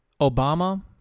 Obama